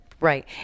right